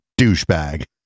douchebag